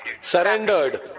Surrendered